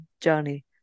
journey